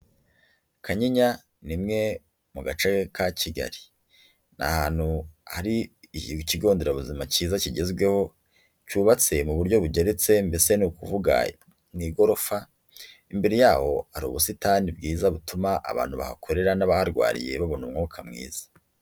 Kanyinya ni imwe mu gace ka Kigali. Ni ahantu hari ikigo nderabuzima cyiza kigezweho, cyubatse mu buryo bugeretse mbese ni ukuvuga mu igorofa, Imbere yaho hari ubusitani bwiza, butuma abantu bahakorera n'abaharwariye babona umwuka mwiza.